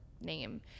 name